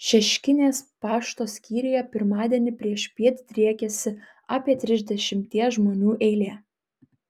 šeškinės pašto skyriuje pirmadienį priešpiet driekėsi apie trisdešimties žmonių eilė